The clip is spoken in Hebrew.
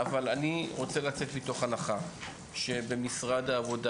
אבל אני רוצה לצאת מתוך הנחה שבמשרד העבודה